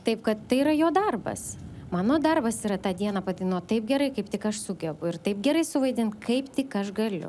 taip kad tai yra jo darbas mano darbas yra tą dieną padainuot taip gerai kaip tik aš sugebu ir taip gerai suvaidint kaip tik aš galiu